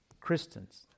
Christians